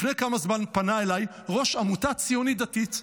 לפני כמה זמן פנה אליי ראש עמותה ציונית דתית,